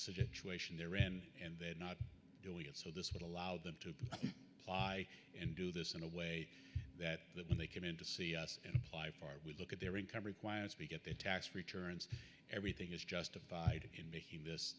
situation there and they're not doing it so this would allow them to apply and do this in a way that that when they came in to see us and apply for it we look at their income requirements be get the tax returns everything is justified in making this